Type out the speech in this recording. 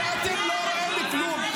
שאתם לא רואים כלום.